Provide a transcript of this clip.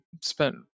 spent